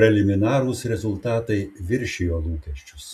preliminarūs rezultatai viršijo lūkesčius